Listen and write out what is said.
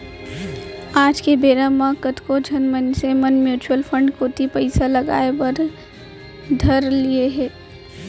आज के बेरा म कतको झन मनसे मन म्युचुअल फंड कोती पइसा लगाय बर धर लिये हें